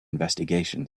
investigations